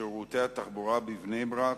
שירותי התחבורה בבני-ברק